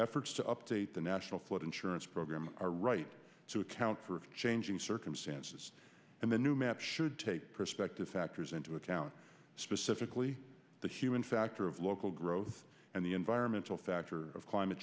efforts to update the national flood insurance program are right to account for changing circumstances and the new map should take perspective factors into account specifically the human factor of local growth and the environmental factor of climate